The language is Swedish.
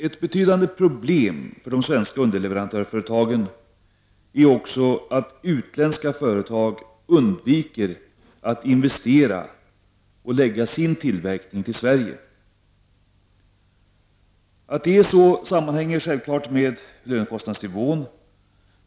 Ett betydande problem för de svenska underleverantörsföretagen är också att utländska företag undviker att investera i och förlägga sin tillverkning till Sverige. Att det är så sammanhänger självfallet med lönekostnadsnivån.